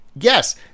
Yes